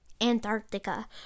Antarctica